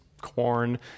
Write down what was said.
corn